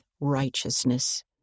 righteousness